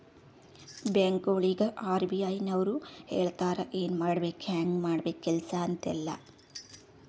ಬ್ಯಾಂಕ್ಗೊಳಿಗ್ ಆರ್.ಬಿ.ಐ ನವ್ರು ಹೇಳ್ತಾರ ಎನ್ ಮಾಡ್ಬೇಕು ಹ್ಯಾಂಗ್ ಮಾಡ್ಬೇಕು ಕೆಲ್ಸಾ ಅಂತ್ ಎಲ್ಲಾ